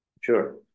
Sure